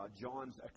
John's